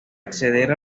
acceder